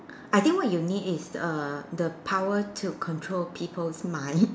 I think what you mean is err the power to control people's mind